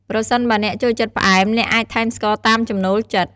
ប្រសិនបើអ្នកចូលចិត្តផ្អែម អ្នកអាចថែមស្ករតាមចំណូលចិត្ត។